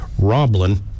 Roblin